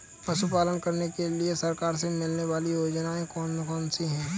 पशु पालन करने के लिए सरकार से मिलने वाली योजनाएँ कौन कौन सी हैं?